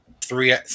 three